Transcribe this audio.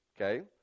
okay